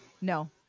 No